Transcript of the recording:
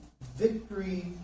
victory